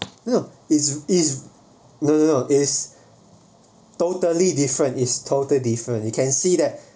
you know it's it's no no it's totally different is totally different you can see that